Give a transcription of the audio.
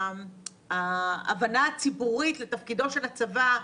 שההבנה הציבורית לתפקידו של הצבא,